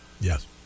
Yes